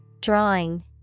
Drawing